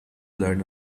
learn